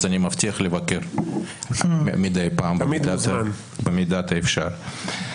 אני מבטיח לבקר מדי פעם במידת האפשר.